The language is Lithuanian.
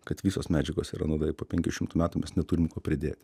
kad visos medžiagos yra nuodai po penkių šimtų metų mes neturim ko pridėt